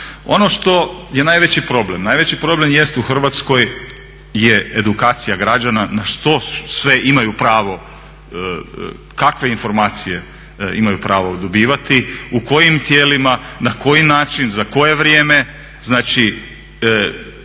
Ono što je najveći problem, najveći problem jest u Hrvatskoj edukacija građana na što sve imaju pravo, kakve informacije imaju pravo dobivati, u kojim tijelima, na koji način, za koje vrijeme? Znači